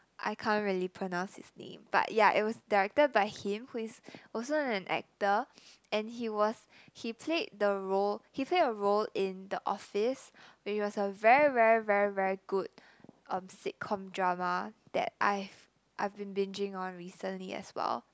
I can't really pronounce his name but yeah it was directed by him who is also an actor and he was he played the role he played a role in the office which was a very very very very good um sitcom drama that I've I've been binging on recently as well